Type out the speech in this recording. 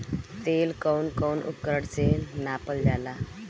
तेल कउन कउन उपकरण से नापल जाला?